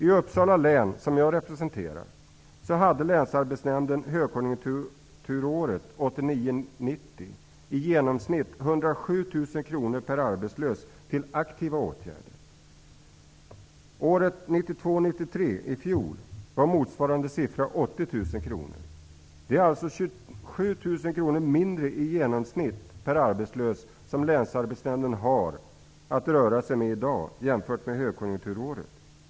I Uppsala län, som jag representerar, hade 80 000 kr. Det är alltså i genomsnitt 27 000 kr mindre per arbetslös som länsarbetsnämnden har att röra sig med i dag jämfört med högkonjunkturåret.